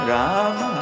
Rama